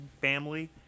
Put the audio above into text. family